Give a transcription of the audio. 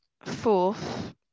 Fourth